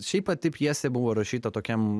šiaip pati pjesė buvo rašyta tokiam